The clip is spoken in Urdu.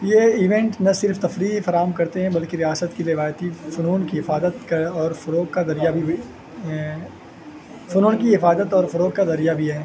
یہ ایونٹ نہ صرف تفریحی فراہم کرتے ہیں بلکہ ریاست کی روایتی فنون کی حفاظت کا اور فروغ کا ذریعہ بھی فنون کی حفاظت اور فروغ کا ذریعہ بھی ہے